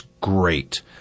great